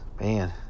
Man